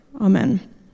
Amen